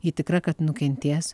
ji tikra kad nukentės